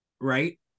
right